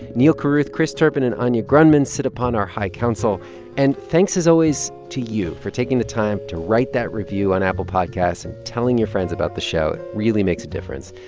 neal carruth, chris turpin and anya grundmann sit upon our high council and thanks as always always to you for taking the time to write that review on apple podcasts and telling your friends about the show. it really makes a difference.